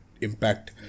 impact